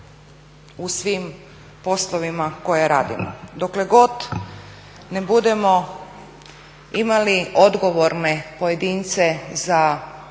u svim poslovima koje radimo. Dokle god ne budemo imali odgovorne pojedince za